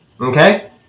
Okay